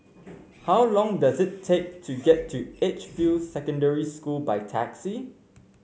how long does it take to get to Edgefield Secondary School by taxi